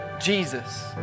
Jesus